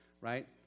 Right